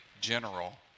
general